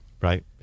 right